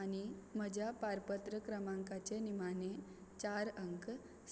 आनी म्हज्या पारपत्र क्रमांकाचे निमाणे चार अंक